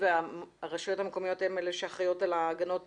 והרשויות המקומיות הן אלה שאחראיות על ההגנות